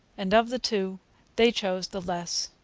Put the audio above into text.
and of the two they chose the less.